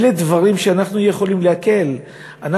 אלה דברים שאנחנו יכולים להקל בהם.